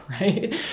right